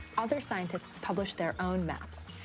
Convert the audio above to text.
other scientists published their own maps,